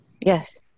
Yes